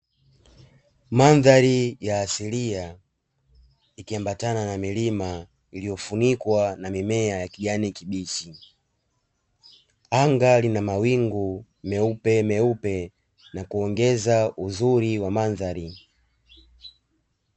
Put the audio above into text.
Mandhari ya asilia ikiambatana na milima iliyofunikwa na mimea ya kijani kibichi, anga lina mawingu meupe meupe na kuongeza uzuri wa mandhari.